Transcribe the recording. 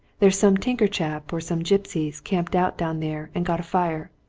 there's some tinker chap, or some gipsies, camped out down there and got a fire.